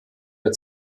der